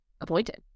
appointed